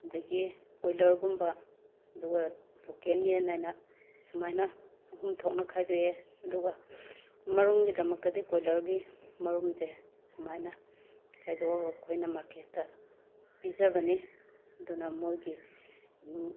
ꯑꯗꯒꯤ ꯀꯣꯏꯂꯔꯒꯨꯝꯕ ꯑꯗꯨꯒ ꯂꯣꯀꯦꯜ ꯌꯦꯟ ꯑꯅ ꯁꯨꯃꯥꯏꯅ ꯑꯍꯨꯝ ꯊꯣꯛꯅ ꯈꯥꯏꯗꯣꯛꯑꯦ ꯑꯗꯨꯒ ꯃꯔꯨꯝꯒꯤꯗꯃꯛꯇꯗꯤ ꯀꯣꯏꯂꯔꯒꯤ ꯃꯔꯨꯝꯁꯦ ꯁꯨꯃꯥꯏꯅ ꯈꯥꯏꯗꯣꯛꯑꯒ ꯑꯩꯈꯣꯏꯅ ꯃꯥꯔꯀꯦꯠꯇ ꯄꯤꯖꯕꯅꯤ ꯑꯗꯨꯅ ꯃꯣꯏꯒꯤ